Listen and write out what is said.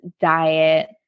diet